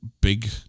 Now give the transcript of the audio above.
big